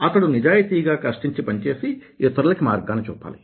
అతడు నిజాయితీగా కష్టించి పనిచేసి ఇతరులకి మార్గాన్ని చూపాలి